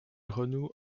renoue